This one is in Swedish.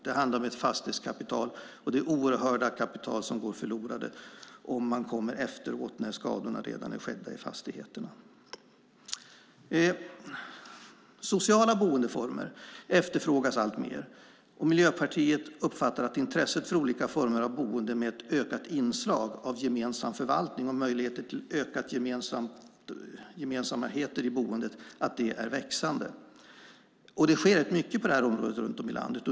Det handlar om ett oerhört fastighetskapital som går förlorat om man agerar först efter det att skadorna har skett i fastigheterna. Sociala boendeformer efterfrågas alltmer. Miljöpartiet uppfattar att intresset för olika former av boenden med ett ökat inslag av gemensam förvaltning och möjligheter till ökad gemenskap i boendet är växande. Det sker rätt mycket på det området runt om i landet.